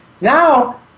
now